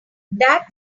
that